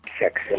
sex